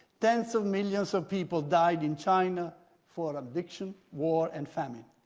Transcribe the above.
tens of millions of people died in china for addiction, war, and famine.